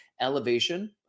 Elevation